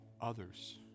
others